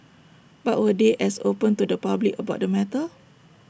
but were they as open to the public about the matter